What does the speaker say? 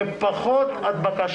ופחות הדבקה.